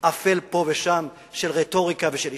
אפל פה ושם של רטוריקה ושל אישיות.